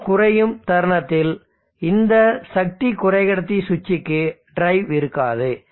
Q குறையும் தருணத்தில் இந்த சக்தி குறைக்கடத்தி சுவிட்சுக்கு டிரைவ் இருக்காது